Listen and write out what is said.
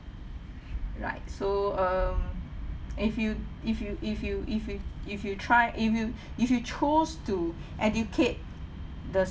right so um if you if you if you if you if you try if you if you chose to educate the